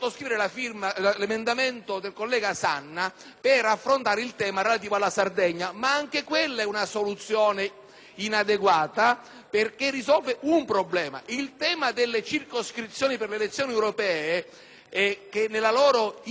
inadeguata perché risolve un problema. Il tema delle circoscrizioni per le elezioni europee, nella loro ingestibilità politica sul piano del rapporto eletto/elettore, è sotto gli occhi di tutti.